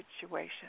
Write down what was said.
situation